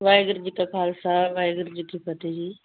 ਵਾਹਿਗੁਰੂ ਜੀ ਕਾ ਖਾਲਸਾ ਵਾਹਿਗੁਰੂ ਜੀ ਕੀ ਫਤਿਹ ਜੀ